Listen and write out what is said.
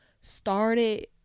started